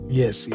yes